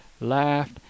laughed